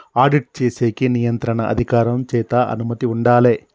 audit చేసేకి నియంత్రణ అధికారం చేత అనుమతి ఉండాలే